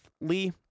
Lee